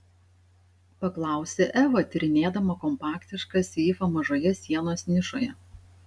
paklausė eva tyrinėdama kompaktišką seifą mažoje sienos nišoje